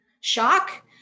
shock